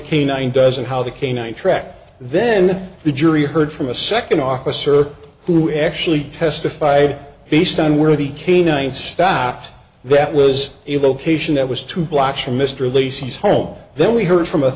canine does and how the canine tracks then the jury heard from a second officer who actually testified based on where the canine stopped that was the location that was two blocks from mr lisa's home then we heard from a